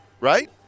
right